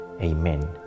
Amen